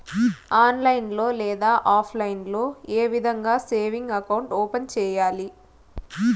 online లో లేదా offline లో ఏ విధంగా సేవింగ్ అకౌంట్ ఓపెన్ సేయాలి